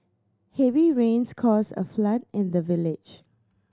heavy rains caused a flood in the village